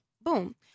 boom